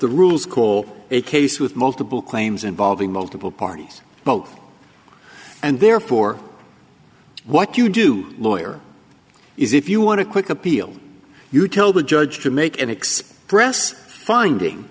the rules call a case with multiple claims involving multiple parties both and they're for what you do lawyer is if you want a quick appeal you tell the judge to make an express finding